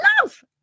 love